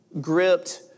gripped